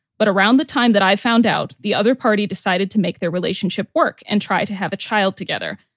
but around the time that i found out, the other party decided to make their relationship work and try to have a child together.